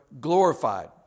glorified